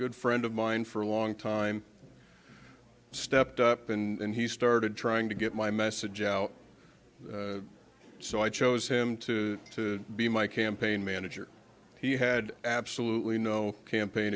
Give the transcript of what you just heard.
good friend of mine for a long time stepped up and he started trying to get my message out so i chose him to to be my campaign manager he had absolutely no campaign